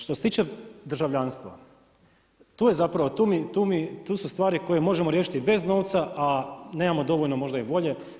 Što se tiče državljanstva, tu su stvari koje možemo riješiti bez novca, a nemamo dovoljno možda i volje.